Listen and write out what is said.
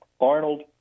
Arnold